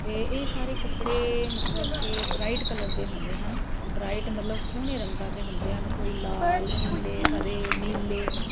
ਇਹ ਇਹ ਸਾਰੇ ਕੱਪੜੇ ਮਤਲਬ ਕਿ ਬਰਾਈਟ ਕਲਰ ਦੇ ਹੁੰਦੇ ਹਨ ਬਰਾਈਟ ਮਤਲਬ ਸੋਹਣੇ ਰੰਗਾਂ ਦੇ ਹੁੰਦੇ ਹਨ ਕੋਈ ਲਾਲ ਪੀਲੇ ਹਰੇ ਨੀਲੇ